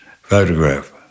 photograph